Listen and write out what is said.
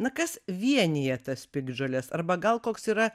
na kas vienija tas piktžoles arba gal koks yra